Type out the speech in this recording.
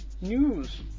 news